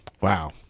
Wow